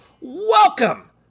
Welcome